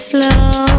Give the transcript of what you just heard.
Slow